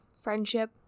friendship